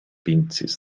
pinches